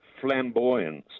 flamboyance